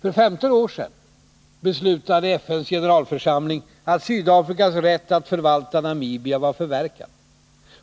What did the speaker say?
För 15 år sedan beslutade FN:s generalförsamling att Sydafrikas rätt att förvalta Namibia var förverkad.